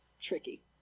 tricky